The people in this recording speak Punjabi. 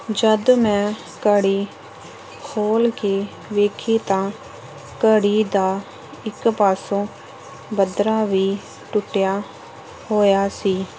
ਜਦੋਂ ਮੈਂ ਘੜੀ ਖੋਲ ਕੇ ਵੇਖੀ ਤਾਂ ਘੜੀ ਦਾ ਇੱਕ ਪਾਸੋਂ ਬੱਦਰਾ ਵੀ ਟੁੱਟਿਆ ਹੋਇਆ ਸੀ